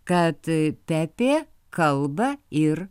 kad pepė kalba ir